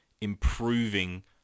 improving